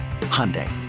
Hyundai